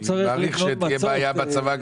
מעריך שתהיה בעיה בצבא גם.